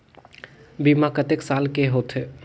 बीमा कतेक साल के होथे?